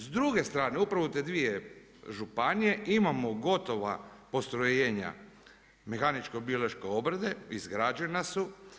S druge strane upravo u te dvije županije imamo gotova postrojenja mehaničko-biološke obrade izgrađena su.